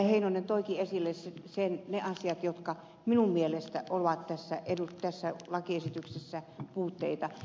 heinonen toikin esille ne asiat jotka minun mielestäni ovat tässä lakiesityksessä puutteita